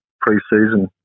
pre-season